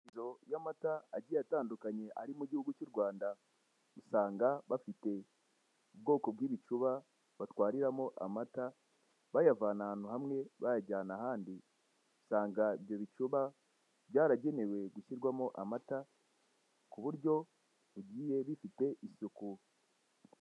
Y'amata agiye atandukanye ari mu gihugu cy'u Rwanda usanga bafite ubwoko bw'ibicuba batwariramo amata, bayavana ahantu hamwe bayajyana ahandi. Usanga ibyo bicuba byaragenewe gushyirwamo amata, kuburyo bigiye bifite isuku.